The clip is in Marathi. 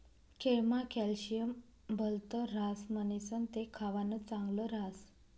केळमा कॅल्शियम भलत ह्रास म्हणीसण ते खावानं चांगल ह्रास